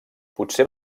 potser